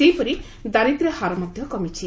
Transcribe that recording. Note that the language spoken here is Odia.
ସେହିପରି ଦାରିଦ୍ର୍ୟ ହାର ମଧ୍ଧ କମିଛି